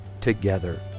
together